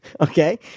Okay